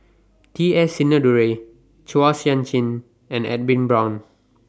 T S Sinnathuray Chua Sian Chin and Edwin Brown